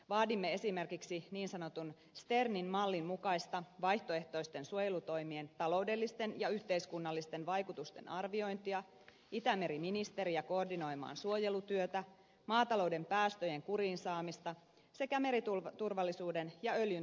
vaadimme esimerkiksi niin sanotun sternin mallin mukaista vaihtoehtoisten suojelutoimien ta loudellisten ja yhteiskunnallisten vaikutusten arviointia itämeri ministeriä koordinoimaan suojelutyötä maatalouden päästöjen kuriin saamista sekä meriturvallisuuden ja öljyntorjunnan parantamista